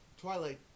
Twilight